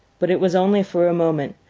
but it was only for a moment.